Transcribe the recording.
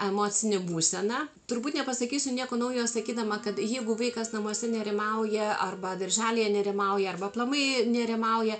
emocinė būsena turbūt nepasakysiu nieko naujo sakydama kad jeigu vaikas namuose nerimauja arba darželyje nerimauja arba aplamai nerimauja